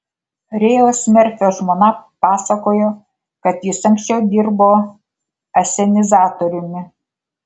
rėjaus merfio žmona pasakojo kad jis anksčiau dirbo asenizatoriumi